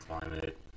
climate